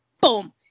boom